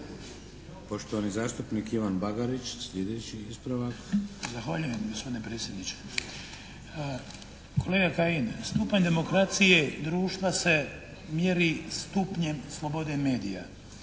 Poštovani zastupnik Ivan Bagarić, sljedeći ispravak. **Bagarić, Ivan (HDZ)** Zahvaljujem gospodine predsjedniče. Kolega Kajin, stupanj demokracije društva se mjeri stupnjem slobode medija.